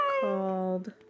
called